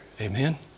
Amen